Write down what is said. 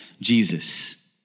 Jesus